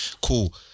Cool